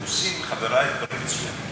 חברי דברים מצוינים.